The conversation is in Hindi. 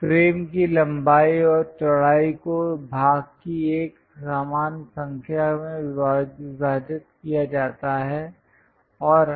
फ़्रेम की लंबाई और चौड़ाई को भाग की एक समान संख्या में विभाजित किया जाता है और